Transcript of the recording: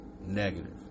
negative